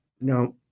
Now